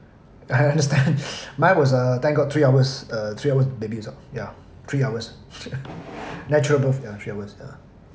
I I understand my was uh thank god three hours uh three hours baby is out ya three hours natural birth ya three hours yeah